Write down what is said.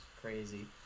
Crazy